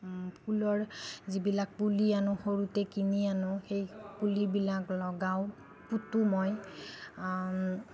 ফুলৰ যিবিলাক পুলি আনো সৰুতে কিনি আনো সেই পুলিবিলাক লগাওঁ পুতোঁ মই